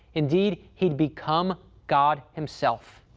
indeed, he'd become god himself.